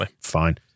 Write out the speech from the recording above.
fine